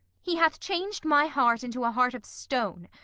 he hath changed my heart into a heart of stone,